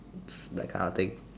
that kind of thing